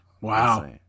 Wow